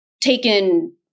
taken